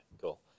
cool